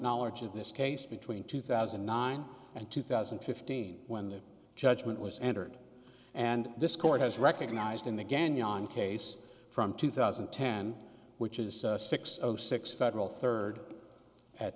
knowledge of this case between two thousand and nine and two thousand and fifteen when the judgment was entered and this court has recognized in the gagnon case from two thousand and ten which is six of six federal third at